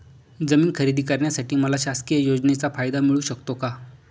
जमीन खरेदी करण्यासाठी मला शासकीय योजनेचा फायदा मिळू शकतो का?